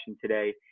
today